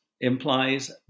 implies